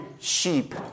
sheep